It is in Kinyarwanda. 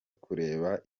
kureba